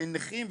ונכים,